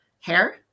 hair